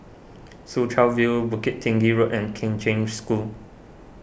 Soo Chow View Bukit Tinggi Road and Kheng Cheng School